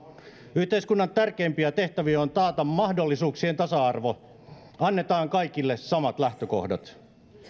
yhteiskunnan tärkeimpiä tehtäviä on taata mahdollisuuksien tasa arvo annetaan kaikille samat lähtökohdat